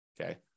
okay